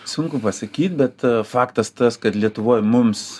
sunku pasakyt bet faktas tas kad lietuvoj mums